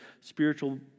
spiritual